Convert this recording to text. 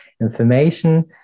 information